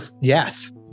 yes